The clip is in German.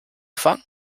fangen